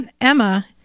Emma